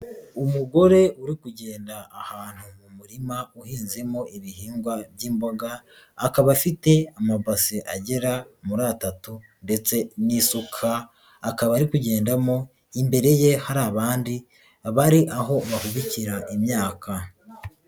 Umugore uri kugenda ahantu mu murima uhinzemo ibihingwa by'imboga, akaba afite amabasi agera muri atatu ndetse n'isuka, akaba ari kugendamo imbere ye hari abandi bari aho bahubikira imyaka.